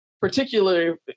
particularly